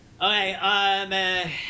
Okay